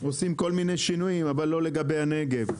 עושים כל מיני שינויים, אבל לא לגבי הנגב.